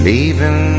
Leaving